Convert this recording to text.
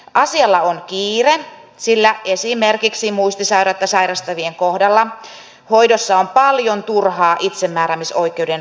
asialla on kiire sillä esimerkiksi muistisairautta sairastavien kohdalla hoidossa on paljon turhaa itsemääräämisoikeuden rajoittamista